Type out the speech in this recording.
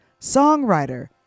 songwriter